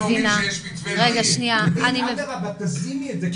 אבל תשימי את זה,